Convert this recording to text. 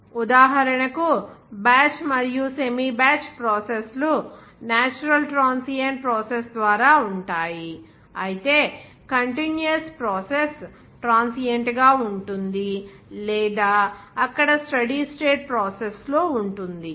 ఉదాహరణకు బ్యాచ్ మరియు semi batch process లు నేచురల్ ట్రాన్సియెంట్ ప్రాసెస్ ద్వారా ఉంటాయి అయితే కంటిన్యూయస్ ప్రాసెస్ ట్రాన్సియెంట్ గా ఉంటుంది లేదా అక్కడ స్టెడీ స్టేట్ ప్రాసెస్ లో ఉంటుంది